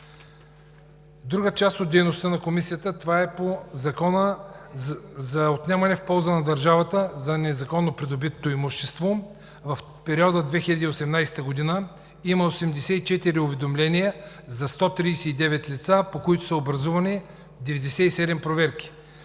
Друга част от дейността на Комисията е по Закона за отнемане в полза на държавата на незаконно придобитото имущество в периода 2018 г. – 84 уведомления за 139 лица, по които са образувани 97 проверки.